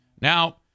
Now